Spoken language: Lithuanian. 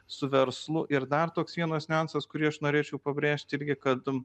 su verslu ir dar toks vienas niuansas kurį aš norėčiau pabrėžti irgi kad